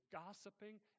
gossiping